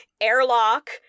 airlock